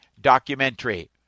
documentary